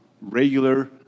regular